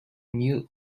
mute